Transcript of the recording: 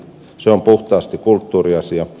se on puhtaasti kulttuuriasia